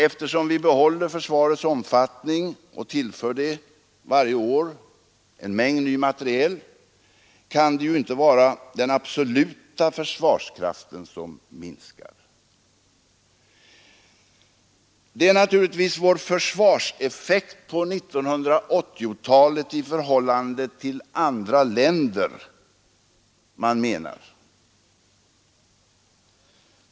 Eftersom vi behåller försvarets omfattning och varje år tillför det en mängd ny materiel kan det inte vara den absoluta försvarskraften som minskar. Det är naturligtvis vår försvarseffekt på 1980-talet i förhållande till andra länder som man menar.